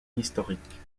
historiques